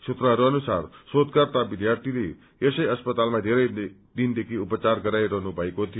सूत्रहरू अनुसार शोषकर्ता विध्यार्यीहले यसै अस्पतालमा बेरै दिनदेखि उपचार गराइरहनु भएको थियो